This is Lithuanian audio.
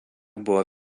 buvo